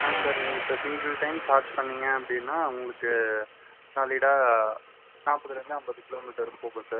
ஆ sir நீங்கள் இப்போ single time charge பண்ணீங்க அப்படினா உங்களுக்கு சாலிடாக நாற்பதுலேந்து ஐம்பது கிலோமீட்டர் போகும் சார்